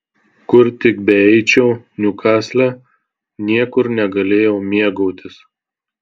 kur tik beeičiau niukasle niekur negalėjau mėgautis